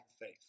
faith